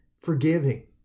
forgiving